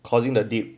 causing the dip